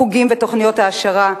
חוגים ותוכניות העשרה,